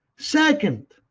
second,